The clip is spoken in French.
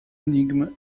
énigme